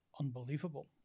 Unbelievable